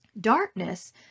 Darkness